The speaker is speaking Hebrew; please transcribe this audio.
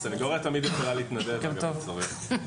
הסנגוריה תמיד יכולה להתנדב, אם צריך.